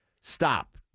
Stop